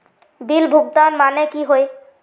Bill भुगतान माने की होय?